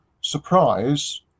surprise